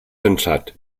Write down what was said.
ansat